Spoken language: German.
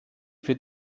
für